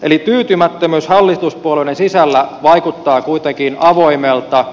eli tyytymättömyys hallituspuolueiden sisällä vaikuttaa kuitenkin avoimelta